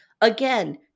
Again